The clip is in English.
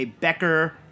Becker